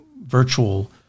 virtual